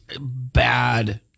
Bad